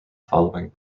following